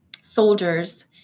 soldiers